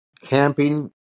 camping